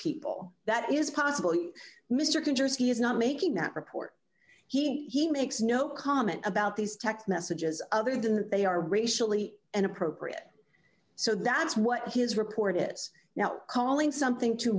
people that is possibly mr kanjorski is not making that report he makes no comment about these text messages other than that they are racially and appropriate so that's what his record is now calling something to